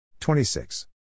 26